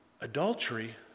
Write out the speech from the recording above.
Adultery